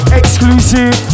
exclusive